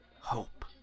Hope